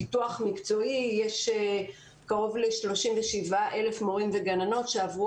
פיתוח מקצועי יש קרוב ל-37,000 מורים וגננות שעברו